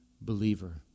believer